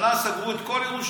שנה סגרו את כל ירושלים.